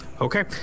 Okay